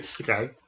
Okay